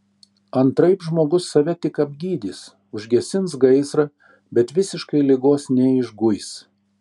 antraip žmogus save tik apgydys užgesins gaisrą bet visiškai ligos neišguis